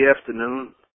afternoon